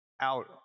out